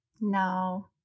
No